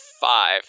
five